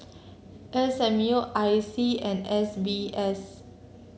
S M U I C and S B S